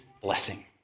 blessing